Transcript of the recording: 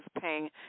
paying